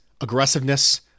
aggressiveness